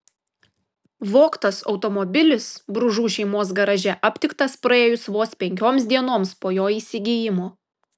vogtas automobilis bružų šeimos garaže aptiktas praėjus vos penkioms dienoms po jo įsigijimo